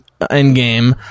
Endgame